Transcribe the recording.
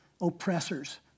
oppressors